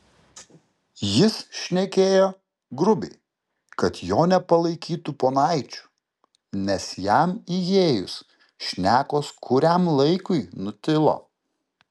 jis šnekėjo grubiai kad jo nepalaikytų ponaičiu nes jam įėjus šnekos kuriam laikui nutilo